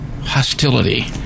hostility